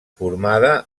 formada